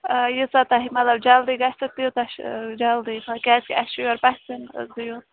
آ یِیٖژاہ تۄہہِ مطلب جلدی گژھٮ۪و تیٖژاہ چھِ جلدی کیٛازِ کہِ اَسہِ چھُ یور پَژھٮ۪ن حظ یُن